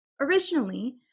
Originally